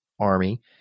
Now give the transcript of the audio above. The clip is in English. army